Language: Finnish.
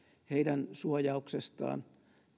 heidän suojauksestaan